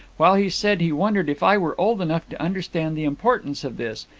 while he said he wondered if i were old enough to understand the importance of this,